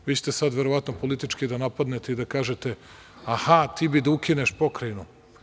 Vi ćete sada, verovatno, politički da napadnete i da kažete – aha, ti bi da ukineš Pokrajinu.